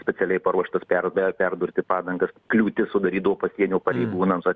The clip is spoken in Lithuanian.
specialiai paruoštas per perdurti padangas kliūtis sudarydavo pasienio pareigūnams